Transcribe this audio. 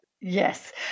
Yes